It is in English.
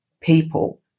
people